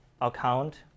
account